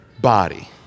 body